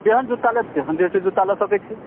केहन जूता लेब तेहन जे छै से जूता लऽ सकैत छी